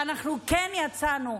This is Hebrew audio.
ואנחנו כן יצאנו,